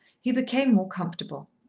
he became more comfortable.